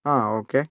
ആ ഓക്കെ